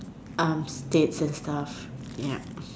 armed states and stuff ya